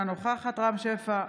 אינה נוכחת רם שפע,